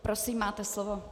Prosím, máte slovo.